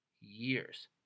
years